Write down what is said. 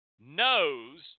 knows